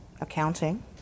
accounting